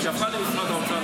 שעברה במשרד האוצר,